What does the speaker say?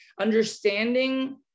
understanding